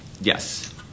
Yes